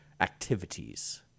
activities